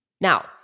Now